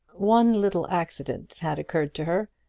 one little accident had occurred to her.